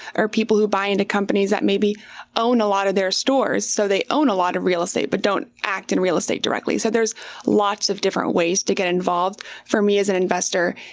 or people who buy into companies that maybe own a lot of their stores, so they own a lot of real estate, but don't act in real estate directly. so there's lots of different ways to get involved. involved. for me as an investor,